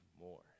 more